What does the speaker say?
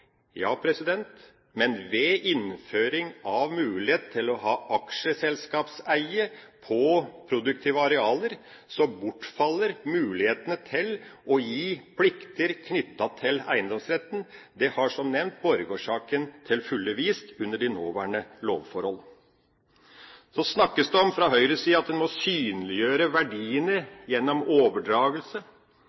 Ja, men ved innføring av mulighet til å ha aksjeselskapseie på produktive arealer bortfaller mulighetene til å gi plikter knyttet til eiendomsretten. Det har som nevnt Borregaard-saken til fulle vist under de nåværende lovforhold. Så snakkes det fra Høyres side om at en må synliggjøre verdiene gjennom